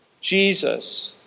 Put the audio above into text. Jesus